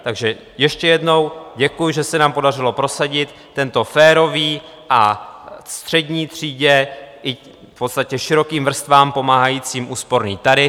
Takže ještě jednou: děkuji, že se nám podařilo prosadit tento férový a střední třídě i v podstatě širokým vrstvám pomáhající úsporný tarif.